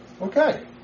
okay